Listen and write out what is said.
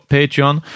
Patreon